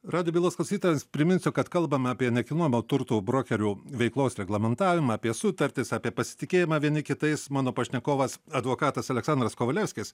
radijo bylos klausytojams priminsiu kad kalbame apie nekilnojamo turto brokerių veiklos reglamentavimą apie sutartis apie pasitikėjimą vieni kitais mano pašnekovas advokatas aleksandras kovalevskis